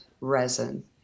resin